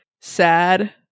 sad